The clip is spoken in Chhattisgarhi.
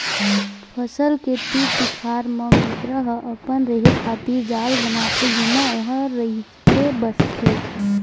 फसल के तीर तिखार म मेकरा ह अपन रेहे खातिर जाल बनाथे जेमा ओहा रहिथे बसथे